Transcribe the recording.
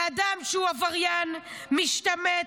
לאדם שהוא עבריין, משתמט,